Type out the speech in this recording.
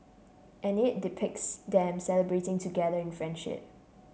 and it depicts them celebrating together in friendship